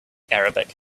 arabic